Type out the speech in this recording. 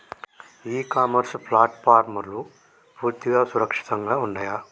ఇ commerce ప్లాట్ఫారమ్లు పూర్తిగా సురక్షితంగా ఉన్నయా?